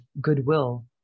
goodwill